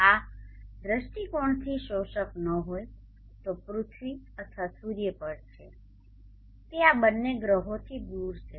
આ દૃષ્ટિકોણથી શોષક ન હોય તો પૃથ્વી અથવા સૂર્ય પર છે તે આ બંને ગ્રહોથી દૂર છે